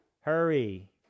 hurry